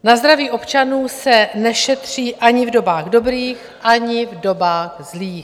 Na zdraví občanů se nešetří ani v dobách dobrých, ani v dobách zlých.